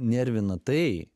nervina tai